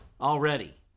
already